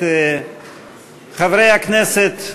הכנסת,